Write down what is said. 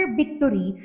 victory